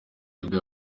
nibwo